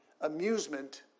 amusement